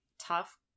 tough